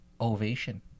Ovation